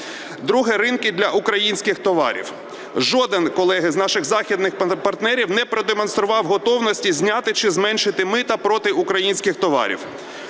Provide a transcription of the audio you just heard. Друге – ринки для українських товарів. Жоден, колеги, з наших західних партнерів не продемонстрував готовності зняти чи зменшити мито проти українських товарів.